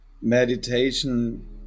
Meditation